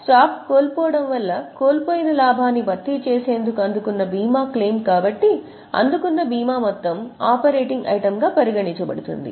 stock కోల్పోవడం వల్ల కోల్పోయిన లాభాన్ని భర్తీ చేసేందుకు అందుకున్న బీమా క్లెయిమ్ కాబట్టి అందుకున్న బీమా మొత్తం ఆపరేటింగ్ ఐటెమ్గా పరిగణించబడుతుంది